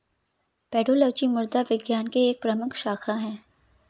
pedology मृदा विज्ञान की एक प्रमुख शाखा है